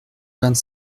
vingt